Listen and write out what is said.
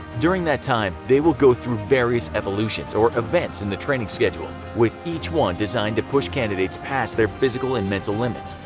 during that time they will go through various evolutions, or events in the training schedule, with each one designed to push candidates past their physical and mental limits.